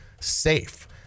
safe